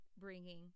bringing